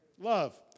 love